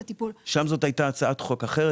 שם זאת הייתה הצעת חוק אחרת,